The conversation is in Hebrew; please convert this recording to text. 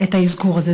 את האזכור הזה.